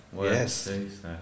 Yes